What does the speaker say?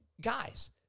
guys